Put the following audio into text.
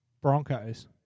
Broncos